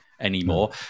anymore